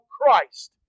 Christ